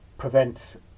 prevent